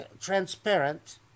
transparent